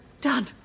Done